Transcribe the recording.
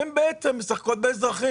הן בעצם משחקות באזרחים.